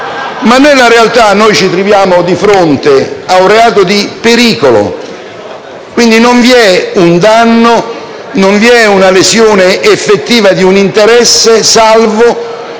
Ma, nella realtà, ci troviamo di fronte ad un reato di pericolo. Quindi non vi è un danno, non vi è una lesione effettiva di un interesse, salvo